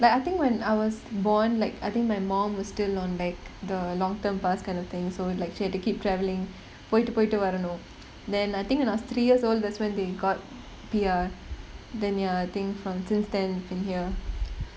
like I think when I was born like I think my mom was still on like the long term pass kind of thing so like she has to keep travelling போய்ட்டு போய்ட்டு வரணும்:poyittu poyittu varanum then I think when I was three years old that's when they got P_R then ya I think from since then been here